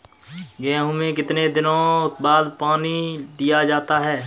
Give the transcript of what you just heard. गेहूँ में कितने दिनों बाद पानी दिया जाता है?